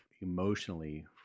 emotionally